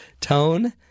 tone